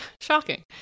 Shocking